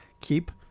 keep